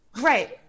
Right